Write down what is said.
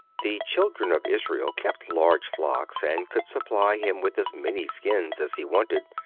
the children of israel kept large flocks, and could supply him with as many skins as he wanted.